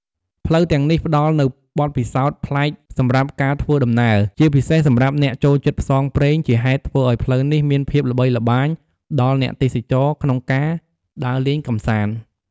ផ្លូវទាំងនេះផ្តល់នូវបទពិសោធន៍ប្លែកសម្រាប់ការធ្វើដំណើរ ជាពិសេសសម្រាប់អ្នកចូលចិត្តផ្សងព្រេង ជាហេតុធ្វើឲ្យផ្លូវនេះមានភាពល្បីល្បាញដល់អ្នកទេសចរក្នុងការដើរលេងកម្សាន្ត។